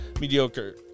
Mediocre